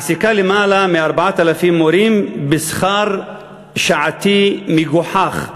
מעסיקה למעלה מ-4,000 מורים בשכר שעתי מגוחך.